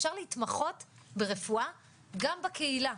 אפשר להתמחות ברפואה גם בקהילה.